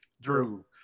Drew